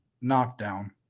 knockdown